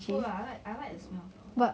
put lah I I like the smell of teh oil